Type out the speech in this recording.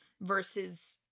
versus